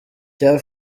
cya